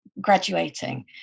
graduating